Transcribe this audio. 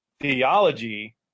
theology